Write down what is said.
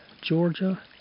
Georgia